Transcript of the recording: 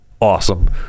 awesome